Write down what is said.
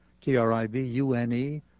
T-R-I-B-U-N-E